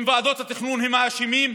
האם ועדות התכנון הן האשמות?